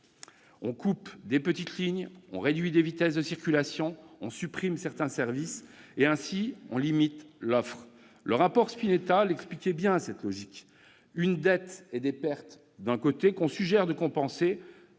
On coupe de petites lignes, on réduit des vitesses de circulation, on supprime certains services et, ainsi, on limite l'offre. Le rapport Spinetta expliquait bien cette logique selon laquelle on suggère de compenser